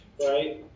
right